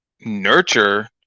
nurture